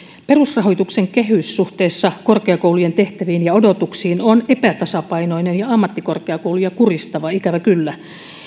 perusrahoituksen kehys suhteessa korkeakoulujen tehtäviin ja odotuksiin on epätasapainoinen ja ammattikorkeakouluja kurjistava ikävä kyllä